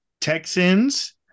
texans